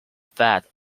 fast